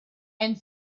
and